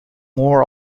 more